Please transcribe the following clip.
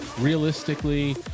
realistically